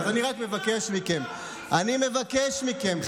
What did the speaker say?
אדוני, אני רק מבקש מכם, חברים: